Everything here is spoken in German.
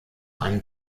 einem